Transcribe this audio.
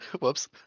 Whoops